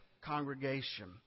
congregation